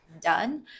done